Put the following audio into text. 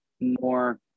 more